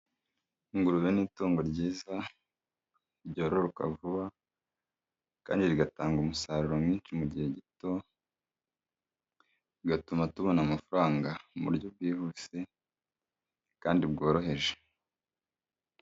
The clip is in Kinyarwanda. Ingurube ni itungo ryiza ryororoka vuba kandi rigatanga umusaruro mwinshi mu gihe gito, bigatuma tubona amafaranga mu buryo bwihuse kandi bworoheje.